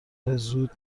زود